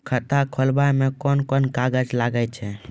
खाता खोलावै मे कोन कोन कागज लागै छै?